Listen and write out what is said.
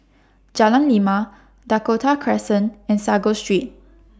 Jalan Lima Dakota Crescent and Sago Street